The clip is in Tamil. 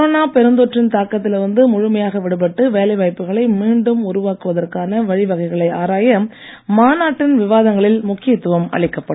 கொரோனா பெருந்தொற்று தாக்கத்தில் இருந்து விடுபட்டு வேலைவாய்ப்புகளை முழுமையாக மீண்டும் உருவாக்குவதற்கான வழிவகைகளை ஆராய மாநாட்டின் விவாதங்களில் முக்கியத்துவம் அளிக்கப்படும்